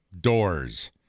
Doors